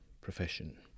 profession